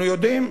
אנחנו יודעים.